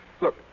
Look